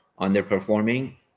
underperforming